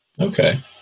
Okay